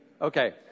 Okay